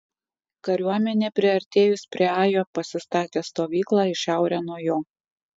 kariuomenė priartėjus prie ajo pasistatė stovyklą į šiaurę nuo jo